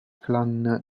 clan